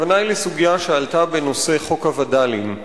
הכוונה היא לסוגיה שעלתה בנושא חוק הווד"לים,